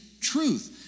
truth